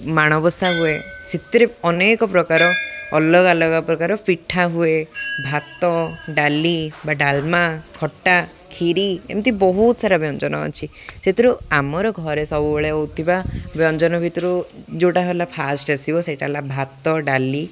ମାଣବସା ହୁଏ ସେଥିରେ ଅନେକ ପ୍ରକାର ଅଲଗା ଅଲଗା ପ୍ରକାର ପିଠା ହୁଏ ଭାତ ଡାଲି ବା ଡାଲମା ଖଟା କ୍ଷୀରି ଏମିତି ବହୁତ ସାରା ବ୍ୟଞ୍ଜନ ଅଛି ସେଥିରୁ ଆମର ଘରେ ସବୁବେଳେ ହଉଥିବା ବ୍ୟଞ୍ଜନ ଭିତରୁ ଯେଉଁଟା ହେଲା ଫାର୍ଷ୍ଟ ଆସିବ ସେଇଟା ହେଲା ଭାତ ଡାଲି